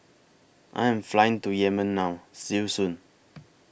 I Am Flying to Yemen now See YOU Soon